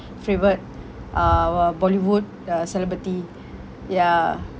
favourite uh uh bollywood uh celebrity ya